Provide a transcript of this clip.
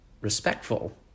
respectful